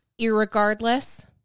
Irregardless